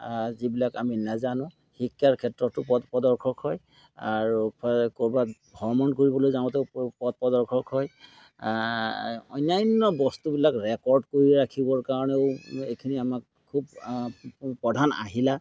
যিবিলাক আমি নেজানো শিক্ষাৰ ক্ষেত্ৰতো পথ প্ৰদৰ্শক হয় আৰু ক'ৰবাত ভ্ৰমণ কৰিবলৈ যাওঁতেও প পথ প্ৰদৰ্শক হয় অন্যান্য বস্তুবিলাক ৰেকৰ্ড কৰি ৰাখিবৰ কাৰণেও এইখিনি আমাক খুব প্ৰধান আহিলা